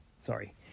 sorry